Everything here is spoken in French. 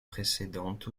précédente